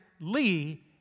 Lee